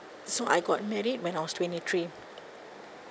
so I got married when I was twenty three